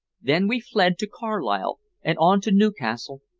then we fled to carlisle and on to newcastle,